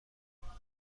خواهم